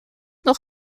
nog